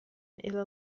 إلى